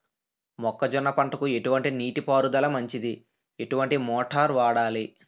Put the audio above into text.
మొక్కజొన్న పంటకు ఎటువంటి నీటి పారుదల మంచిది? ఎటువంటి మోటార్ వాడాలి?